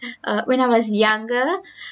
err when I was younger